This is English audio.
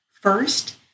First